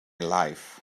life